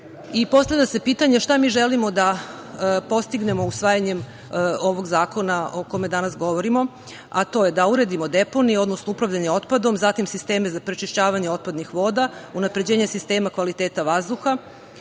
se pitanje šta mi želimo da postignemo usvajanjem ovog zakona o kome danas govorimo, a to je da uredimo deponije, odnosno upravljanje otpadom, zatim sisteme za prečišćavanje otpadnih voda, unapređenje sistema kvaliteta vazduha